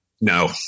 No